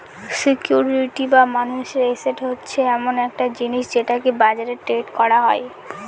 security বা মানুষের asset হচ্ছে এমন একটা জিনিস যেটাকে বাজারে ট্রেড করা যায়